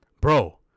Bro